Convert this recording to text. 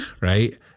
Right